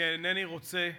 אני אינני רוצה,